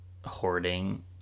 hoarding